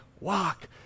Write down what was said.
walk